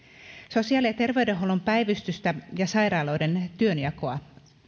sosiaali ja terveydenhuollon päivystystä ja sairaaloiden työnjakoa